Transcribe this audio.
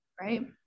Right